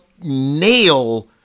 nail